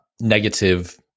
negative